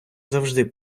завжди